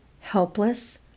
helpless